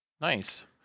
Nice